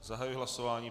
Zahajuji hlasování.